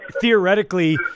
theoretically